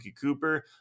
Cooper